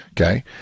Okay